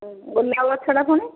ଗୋଲାପ ଗଛଟା ପୁଣି